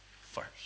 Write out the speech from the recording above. first